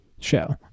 show